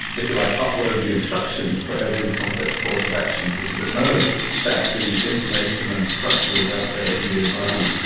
if you like, upload the instructions for every complex course of action, because it knows that the information and structure is out there in the environment.